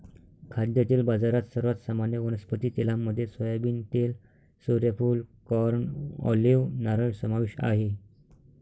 खाद्यतेल बाजारात, सर्वात सामान्य वनस्पती तेलांमध्ये सोयाबीन तेल, सूर्यफूल, कॉर्न, ऑलिव्ह, नारळ समावेश आहे